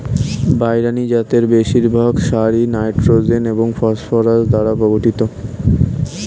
binary জাতের বেশিরভাগ সারই নাইট্রোজেন এবং ফসফরাস দ্বারা গঠিত